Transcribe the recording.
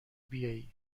بیایی